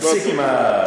תפסיק עם השטויות שלך.